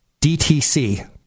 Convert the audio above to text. DTC